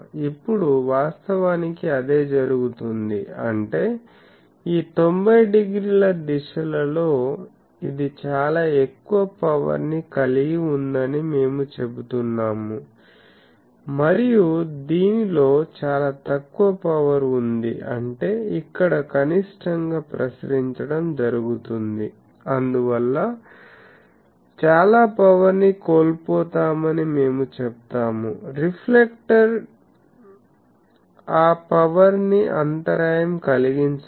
ఇప్పుడు వాస్తవానికి అదే జరుగుతుంది అంటే ఈ 90 డిగ్రీల దిశలలో ఇది చాలా ఎక్కువ పవర్ ని కలిగి ఉందని మేము చెబుతున్నాము మరియు దీనిలో చాలా తక్కువ పవర్ ఉంది అంటే ఇక్కడ కనిష్టంగా ప్రసరించడం జరుగుతుంది అందువల్ల చాలా పవర్ ని కోల్పోతామని మేము చెప్తాము రిఫ్లెక్టర్ ఆ పవర్ ని అంతరాయం కలిగించదు